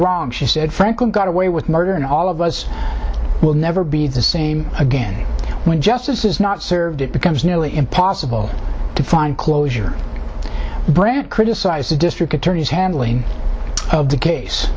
wrong she said franklin got away with murder and all of us will never be the same again when justice is not served it becomes nearly impossible to find closure brandt criticize the district attorney's handling of the case